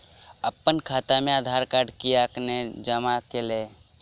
अप्पन खाता मे आधारकार्ड कियाक नै जमा केलियै?